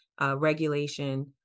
regulation